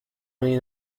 این